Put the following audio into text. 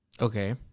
Okay